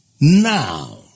Now